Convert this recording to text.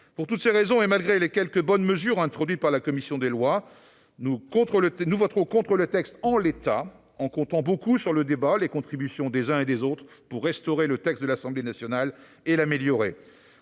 Pour toutes ces raisons, et malgré les quelques bonnes mesures introduites par la commission des lois, nous voterons contre la proposition de loi en l'état, en comptant beaucoup sur le débat et sur les contributions des uns et des autres pour restaurer et améliorer le texte de l'Assemblée nationale. En parallèle,